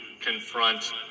confront